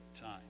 time